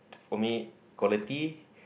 for me quality